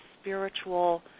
spiritual